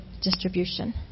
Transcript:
distribution